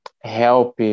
help